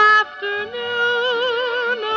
afternoon